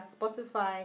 Spotify